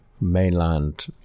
mainland